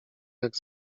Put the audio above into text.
jak